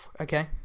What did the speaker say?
okay